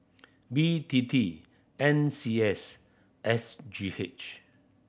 B T T N C S S G H